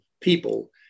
people